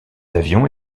avions